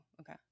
okay